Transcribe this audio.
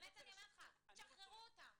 תשחררו אותם.